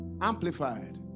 amplified